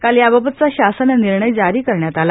काल याबाबतचा शासन निर्णय जारी करण्यात आला